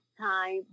time